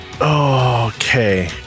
Okay